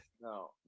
no